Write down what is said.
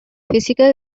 physical